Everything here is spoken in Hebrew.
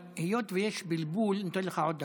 היות שיש בלבול, אני נותן לך עוד דקה.